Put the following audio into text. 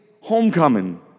homecoming